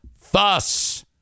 Fuss